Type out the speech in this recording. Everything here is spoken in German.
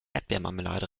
erdbeermarmelade